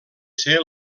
ser